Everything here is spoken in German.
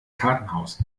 kartenhaus